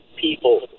people